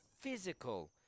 physical